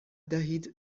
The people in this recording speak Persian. دهید